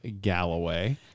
Galloway